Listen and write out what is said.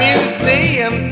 Museum